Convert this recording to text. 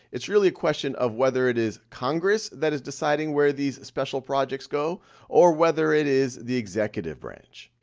it's really a question of whether it is congress that is deciding where these special projects go or whether it is the executive branch.